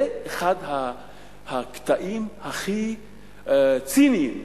זה אחד הקטעים הכי ציניים